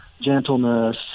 gentleness—